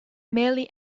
merely